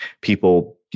people